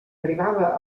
arribava